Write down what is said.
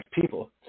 people